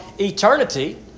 eternity